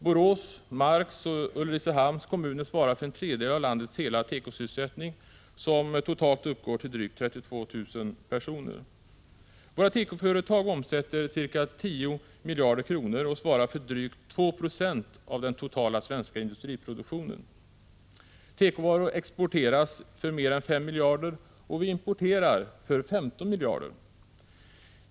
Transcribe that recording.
Borås, Marks och Ulricehamns kommuner svarar för en tredjedel av landets hela tekoindustri, som totalt sysselsätter drygt 32 000 personer. Våra tekoföretag omsätter ca 10 miljarder kronor och svarar för drygt 2 9c av den totala svenska industriproduktionen. Tekovaror exporteras för mer än 5 miljarder och vi importerar för 15 miljarder.